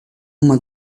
uma